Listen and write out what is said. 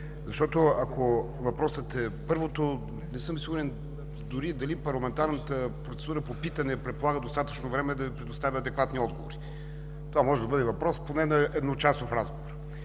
Ако въпросът е до първото, не съм сигурен дали парламентарната процедура по питане предполага достатъчно време, за да Ви предоставя адекватен отговор. Това може да бъде въпрос за поне едночасов разговор.